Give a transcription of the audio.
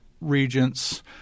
regents